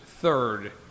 third